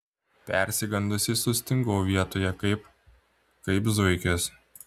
persigandusi sustingau vietoje kaip kaip zuikis